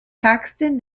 paxton